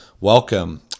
welcome